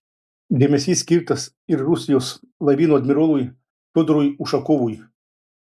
dėmesys skirtas ir rusijos laivyno admirolui fiodorui ušakovui